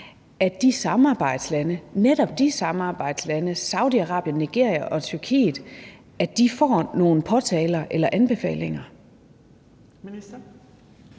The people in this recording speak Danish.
at sikre, at netop de samarbejdslande, Saudi-Arabien, Nigeria og Tyrkiet, får nogle påtaler eller anbefalinger? Kl.